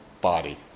body